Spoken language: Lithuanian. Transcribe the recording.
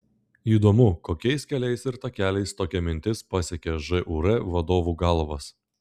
įdomu kokiais keliais ir takeliais tokia mintis pasiekė žūr vadovų galvas